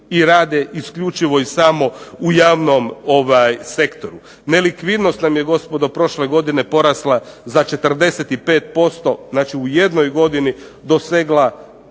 i rade isključivo i samo u javnom sektoru. Nelikvidnost nam je gospodo prošle godine porasla za 45%, znači u jednoj godini dosegla